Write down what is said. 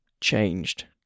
changed